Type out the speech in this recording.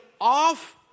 off